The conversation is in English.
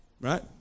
Right